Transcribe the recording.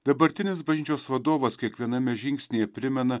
dabartinis bažnyčios vadovas kiekviename žingsnyje primena